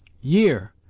year